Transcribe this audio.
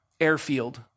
airfield